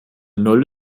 null